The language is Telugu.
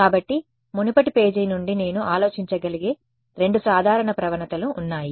కాబట్టి మునుపటి పేజీ నుండి నేను ఆలోచించగలిగే రెండు సాధారణ ప్రవణతలు ఉన్నాయి